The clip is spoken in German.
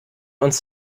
uns